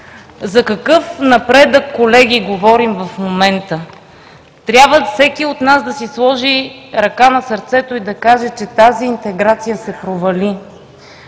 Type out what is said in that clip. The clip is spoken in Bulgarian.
За какъв напредък, колеги, говорим в момента? Трябва всеки от нас да си сложи ръка на сърцето и да каже, че тази интеграция се провали.